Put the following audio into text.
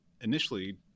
initially